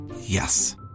Yes